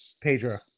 Pedro